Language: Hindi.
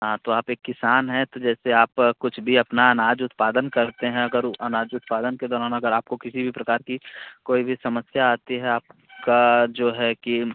हाँ तो आप एक किसान हैं तो जैसे आप कुछ भी अपना अनाज उत्पादन करते हैं अगर अनाज उत्पादन के दौरान अगर आपको किसी भी प्रकार की कोई भी समस्या आती है आप का जो है कि